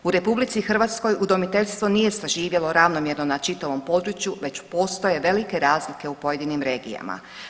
U RH udomiteljstvo nije zaživjelo ravnomjerno na čitavom području već postoje velike razlike u pojedinim regijama.